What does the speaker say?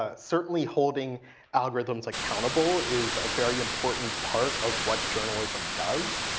ah certainly holding algorithms accountable is a very important part of what journalism does.